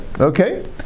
Okay